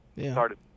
started